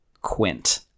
Quint